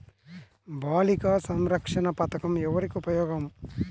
బాలిక సంరక్షణ పథకం ఎవరికి ఉపయోగము?